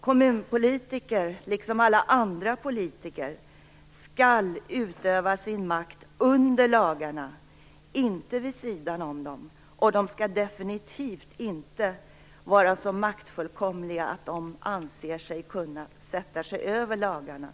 Kommunpolitiker, liksom alla andra politiker, skall utöva sin makt under lagarna, inte vid sidan om dem. De skall definitivt inte vara så maktfullkomliga att de anser sig kunna sätta sig över lagarna.